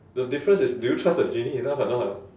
the difference is do you trust the genie enough or not